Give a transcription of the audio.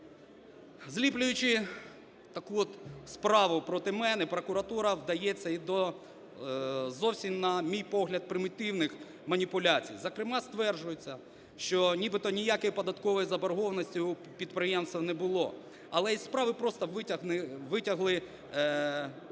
Зліплюючи таку от справу проти мене, прокуратура вдається і до зовсім, на мій погляд, примітивних маніпуляцій. Зокрема, стверджується, що нібито ніякої податкової заборгованості у підприємства не було, але із справи просто витягли